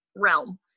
Realm